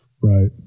Right